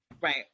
Right